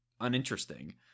uninteresting